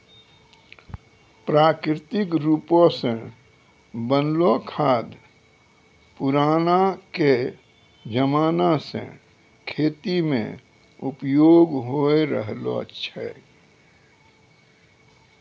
प्राकृतिक रुपो से बनलो खाद पुरानाके जमाना से खेती मे उपयोग होय रहलो छै